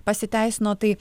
pasiteisino tai